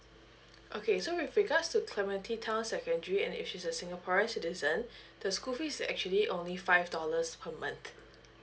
okay so with regards to clementi town secondary and if she's a singaporean citizen the school fees actually only five dollars per month